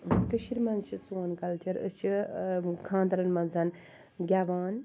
کٔشیٖر مَنٛز چھُ سون کَلچَر أسۍ چھِ خانٛدرَن مَنٛز گیٚوان